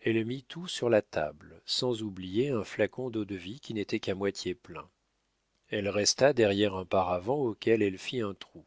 elle mit tout sur la table sans oublier un flacon d'eau-de-vie qui n'était qu'à moitié plein elle resta derrière un paravent auquel elle fit un trou